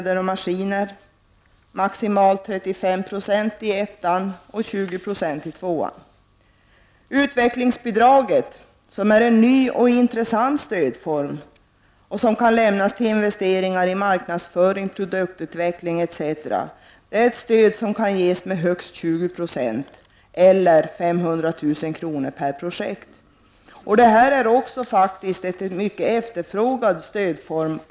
Utvecklingsbidraget är en ny och intressant stödform som kan lämnas till investeringar i marknadsföring, produktutveckling etc. Stödet kan ges med högst 20 96 eller 500 000 kr. per projekt. Detta är, framför allt av småföretagen, en mycket efterfrågad stödform.